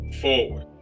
forward